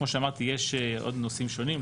כמו שאמרתי, יש עוד נושאים שונים.